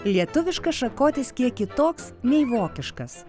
lietuviškas šakotis kiek kitoks nei vokiškas